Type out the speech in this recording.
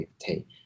take